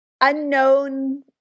unknown